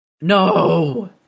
No